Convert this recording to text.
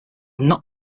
not